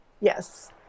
Yes